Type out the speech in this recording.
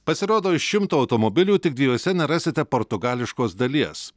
pasirodo iš šimto automobilių tik dviejuose nerasite portugališkos dalies